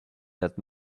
that